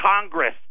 Congress